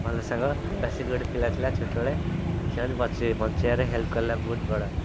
ଭଲ ସାଙ୍ଗ ଦେବାଶିଷ ଗୋଟେ ପିଲା ଥିଲା ଛୋଟବେଳେ ସେ ମୋତେ ବଞ୍ଚିବ ବଞ୍ଚିବାରେ ହେଲ୍ପ କଲା ବହୁତ ବଡ଼